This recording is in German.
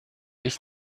ich